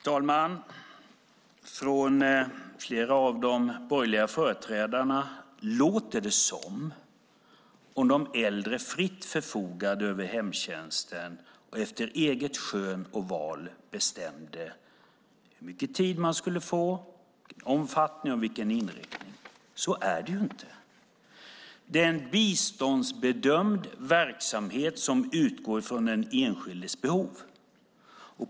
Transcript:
Herr talman! Från flera av de borgerliga företrädarna låter det som om de äldre fritt förfogar över hemtjänst och efter eget skön och val bestämmer vilken omfattning och inriktning den ska ha. Så är det inte. Det är en biståndsbedömd verksamhet som utgår från den enskildes behov.